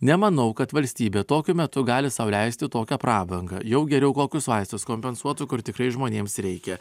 nemanau kad valstybė tokiu metu gali sau leisti tokią prabangą jau geriau kokius vaistus kompensuotų kur tikrai žmonėms reikia